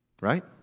right